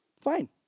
Fine